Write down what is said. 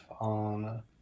on